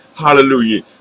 Hallelujah